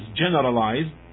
generalized